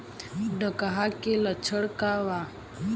डकहा के लक्षण का वा?